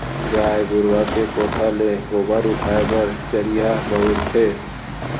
गाय गरूवा के कोठा ले गोबर उठाय बर चरिहा बउरथे